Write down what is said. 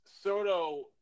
Soto